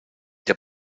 der